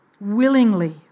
willingly